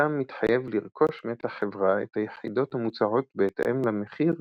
החתם מתחייב לרכוש מאת החברה את היחידות המוצעות בהתאם למחיר